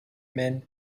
men